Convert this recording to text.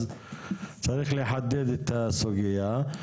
אז צריך לחדד את הסוגיה.